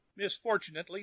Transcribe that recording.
misfortunately